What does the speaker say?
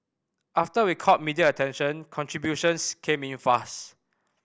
after we caught media attention contributions came in fast